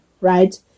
right